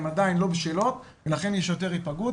עדיין לא בשלות לכן יש יותר היפגעות.